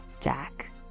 Jack